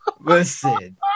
Listen